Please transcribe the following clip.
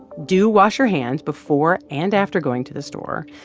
do wash your hands before and after going to the store.